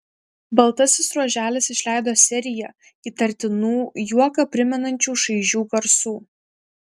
baltasis ruoželis išleido seriją įtartinų juoką primenančių šaižių garsų